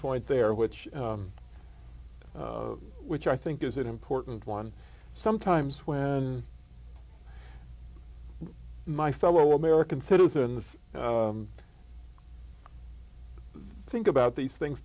point there which which i think is an important one sometimes when my fellow american citizens think about these things